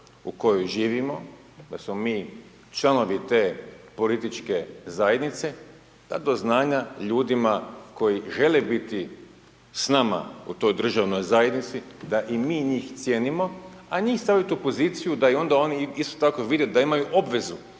u kojoj živimo, da smo mi članovi te političke zajednice, dati do znanja ljudima koji žele biti s nama u toj državnoj zajednici da i mi njih cijenimo a njih staviti u poziciju da onda i oni isto tako vide da imaju obvezu.